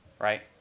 Right